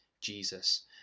Jesus